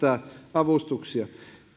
avustuksia